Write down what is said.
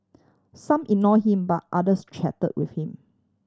some ignore him but others chat with him